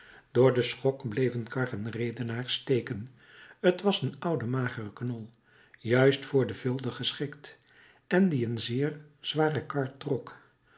door den schok bleven kar en redenaar steken t was een oude magere knol juist voor den vilder geschikt en die een zeer zware kar trok